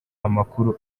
amakuru